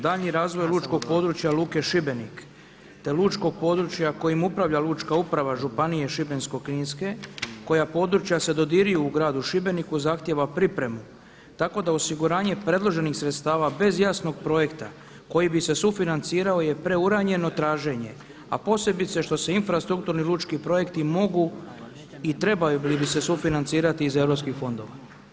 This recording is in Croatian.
Daljnji razvoj lučkog područja luke Šibenik te lučkog područja kojim upravlja lučka uprava Županije Šibensko-kninske, koja područja se dodiruju u gradu Šibeniku zahtijeva pripremu tako da osiguranje predloženih sredstava bez jasnog projekta koji bi se sufinancirao je preuranjeno traženje, a posebice što se infrastrukturni lučki projekti mogu i trebali bi se sufinancirati iz europskih fondova.